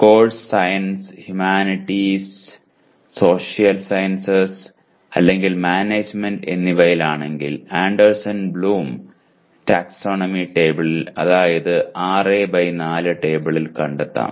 course sciences humanities social sciences അല്ലെങ്കിൽ management എന്നിവയിലാണെങ്കിൽ Anderson Bloom taxonomy ടേബിളിൽ അതായതു 6 ബൈ 4 ടേബിളിൽ കണ്ടെത്താം